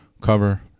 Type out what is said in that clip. cover